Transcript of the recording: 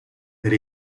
per